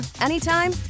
anytime